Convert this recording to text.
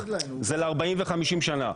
זה ל-40 ו-50 שנה,